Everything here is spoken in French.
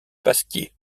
pasquier